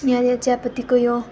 यहाँनिर चियापत्तीको यो